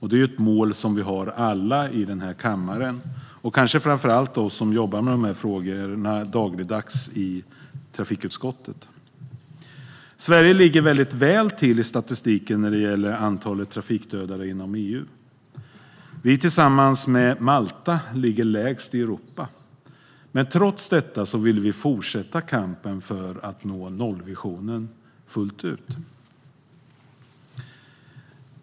Det är ett mål som vi alla i den här kammaren och kanske framför allt vi som dagligdags jobbar med de här frågorna i trafikutskottet har. Sverige ligger mycket väl till i statistiken över antalet trafikdödade inom EU. Tillsammans med Malta ligger vi lägst i Europa. Men trots detta vill vi fortsätta kampen för att nå nollvisionen fullt ut.